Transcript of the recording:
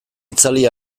itzali